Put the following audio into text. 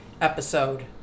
episode